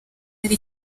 ari